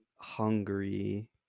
hungary